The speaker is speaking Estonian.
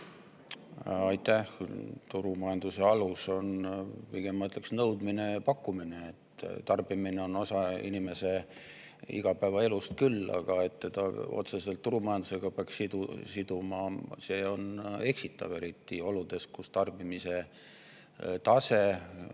Aitäh! Turumajanduse alus on, pigem ma ütleksin, nõudlus ja pakkumine. Tarbimine on osa inimese igapäevaelust küll, aga et seda otseselt turumajandusega peaks siduma, on eksitav, eriti oludes, kus tarbimise tase